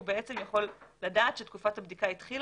הוא בעצם יכול לדעת שתקופת הבדיקה התחילה